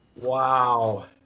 Wow